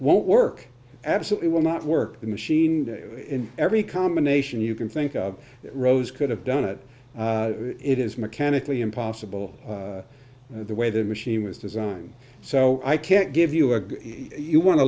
won't work absolutely will not work the machine in every combination you can think of rose could have done it it is mechanically impossible the way the machine was designed so i can't give you a you want to